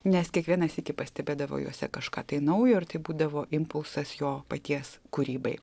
nes kiekvieną sykį pastebėdavo juose kažką tai naujo ir tai būdavo impulsas jo paties kūrybai